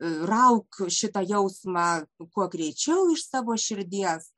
rauk šitą jausmą kuo greičiau iš savo širdies